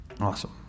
Awesome